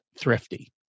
thrifty